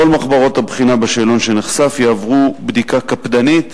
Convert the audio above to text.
כל מחברות הבחינה בשאלון שנחשף יעברו בדיקה קפדנית.